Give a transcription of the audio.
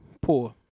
poor